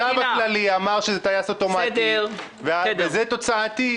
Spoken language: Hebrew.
כי החשב הכללי אמר שזה טייס אוטומטי וזה תוצאתי,